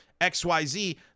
XYZ